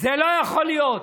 זה לא יכול להיות,